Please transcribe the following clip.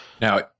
Now